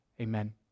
Amen